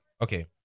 okay